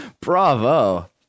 Bravo